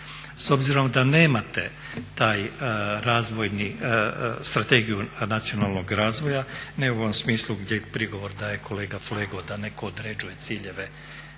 S obzirom da nemate taj razvojni, strategiju nacionalnog razvoja nego u ovom smislu gdje prigovor daje kolega Flego da netko određuje ciljeve